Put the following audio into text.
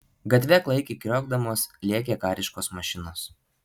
gatve klaikiai kriokdamos lėkė kariškos mašinos